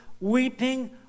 weeping